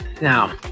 Now